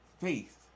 faith